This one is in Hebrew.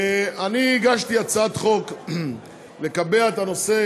אני הגשתי הצעת חוק לקבע את הנושא